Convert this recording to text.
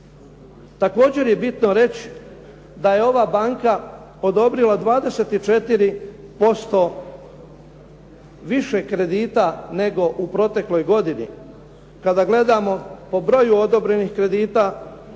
Također je bitno reći da je ova banka odobrila 24% više kredita nego u protekloj godini. Kada gledamo po broju odobrenih kredita